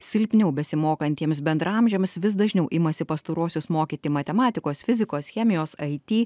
silpniau besimokantiems bendraamžiams vis dažniau imasi pastaruosius mokyti matematikos fizikos chemijos ai ti